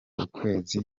ukwezi